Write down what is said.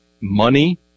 Money